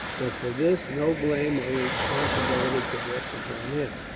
but for this no blame or responsibility could rest upon him.